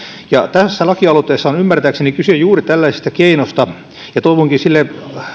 tässä lakialoitteessa on ymmärtääkseni kyse juuri tällaisesta keinosta ja toivonkin sille